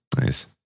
nice